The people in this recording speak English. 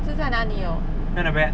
zi zai 哪里有